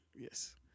Yes